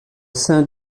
sein